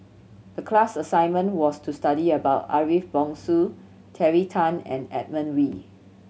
the class assignment was to study about Ariff Bongso Terry Tan and Edmund Wee